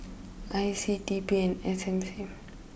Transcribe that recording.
I C T P and S M C